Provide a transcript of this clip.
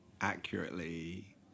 accurately